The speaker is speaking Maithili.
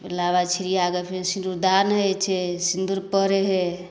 लाबा छिड़ीया कऽ फेर सिन्दूरदान होइ छै सिन्दूर परै हइ